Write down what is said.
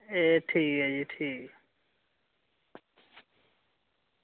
एह् ठीक ऐ जी ठीक